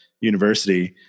university